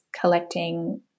collecting